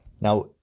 now